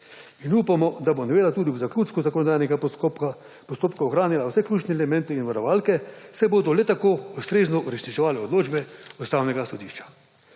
in upamo, da bo novela tudi ob zaključku zakonodajnega postopka ohranila vse ključne elemente in varovalke, saj se bodo le tako ustrezno uresničevale odločbe Ustavnega sodišča.